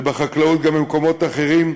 וגם בחקלאות במקומות אחרים,